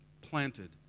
planted